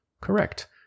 Correct